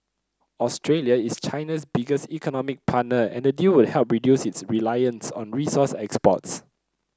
Australia is China's biggest economic partner and the deal would help reduce its reliance on resource exports